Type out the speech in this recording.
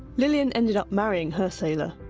lillian ended up marrying her sailor,